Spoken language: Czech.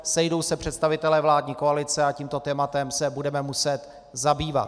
Sejdou se představitelé vládní koalice a tímto tématem se budeme muset zabývat.